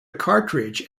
cartridge